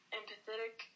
empathetic